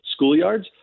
schoolyards